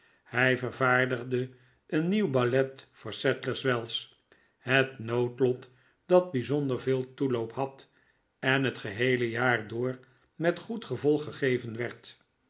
hij vervaardigde een nieuw ballet voor sadlers wells het noodlot dat bijzonder veel toeloop had enhetgeheele jaar door met goed gevolg gegeven werd